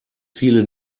viele